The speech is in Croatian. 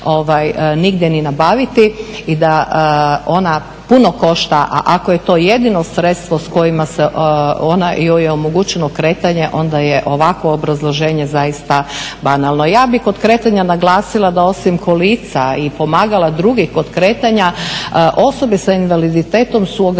i da ona puno košta. A ako je to jedino sredstvo s kojim joj je omogućeno kretanje onda je ovakvo obrazloženje zaista banalno. Ja bih kod kretanja naglasila da osim kolica i pomagala drugih kod kretanja osobe s invaliditetom su ograničene